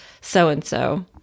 so-and-so